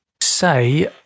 Say